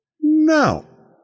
No